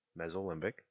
mesolimbic